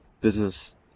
business